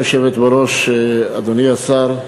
גברתי היושבת-ראש, אדוני השר,